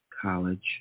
college